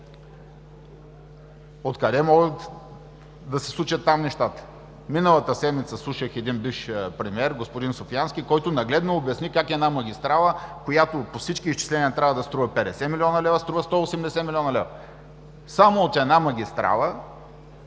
От къде могат да се случат там нещата? Миналата седмица слушах бившият премиер Софиянски, който нагледно обясни как една магистрала по всички изчисления трябва да струва 50 млн. лв., а струва 180 млн. лв. Само от една магистрала,